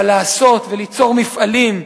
אבל לעשות וליצור מפעלים,